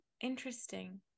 interesting